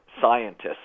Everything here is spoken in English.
scientists